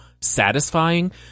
satisfying